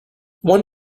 when